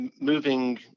moving